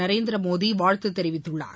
நரேந்திரமோடி வாழ்த்து தெரிவித்துள்ளார்